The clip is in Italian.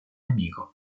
nemico